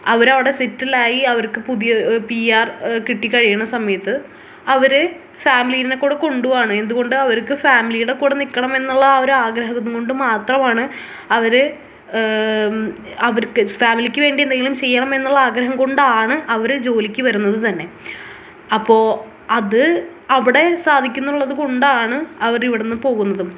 അവരവിടെ സെറ്റിലായി അവർക്ക് പുതിയ പി ആർ കിട്ടിക്കഴിയണ സമയത്ത് അവർ ഫാമിലിയിനെ കൂടെ കൊണ്ടുപോകാമെന്ന് എന്തുകൊണ്ട് അവർക്ക് ഫാമിലിയുടെ കൂടെ നിൽക്കണം എന്നുള്ള ആ ഒരാഗ്രഹം കൊണ്ട് മാത്രമാണ് അവർ അവർക്ക് ഫാമിലിക്ക് വേണ്ടി എന്തെങ്കിലും ചെയ്യണം എന്നുളള ആഗ്രഹം കൊണ്ടാണ് അവർ ജോലിക്ക് വരുന്നത് തന്നെ അപ്പോൾ അത് അവിടെ സാധിക്കുന്നുള്ളതുകൊണ്ടാണ് അവർ ഇവിടെ നിന്ന് പോകുന്നതും